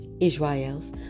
Israel's